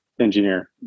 engineer